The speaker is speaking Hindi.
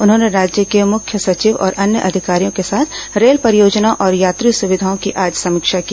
उन्होंने राज्य के मुख्य सचिव और अन्य अधिकारियों के साथ रेल परियोजनाओं और यात्री सुविधाओं की आज समीक्षा की